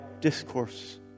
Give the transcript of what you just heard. discourse